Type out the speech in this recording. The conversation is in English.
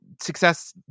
success